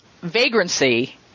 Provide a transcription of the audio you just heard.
vagrancy